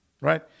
right